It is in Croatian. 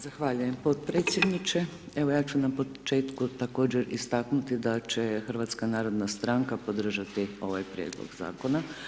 Zahvaljujem podpredsjedniče, evo ja ću na početku također istaknuti da će HNS podržati ovaj prijedlog zakona.